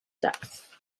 depth